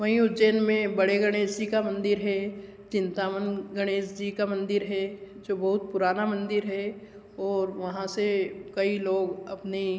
वहीं उज्जैन में बड़े गणेश जी का मंदिर है चिंतावन गणेश जी का मंदिर है जो बहुत पुराना मंदिर है और वहाँ से कई लोग अपने